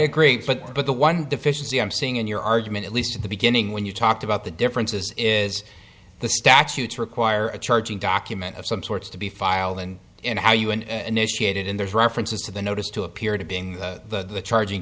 agree but but the one deficiency i'm seeing in your argument at least at the beginning when you talked about the differences is the statutes require a charging document of some sorts to be filed and in how you and initiated in there's references to the notice to appear to being the charging